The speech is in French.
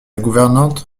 gouvernante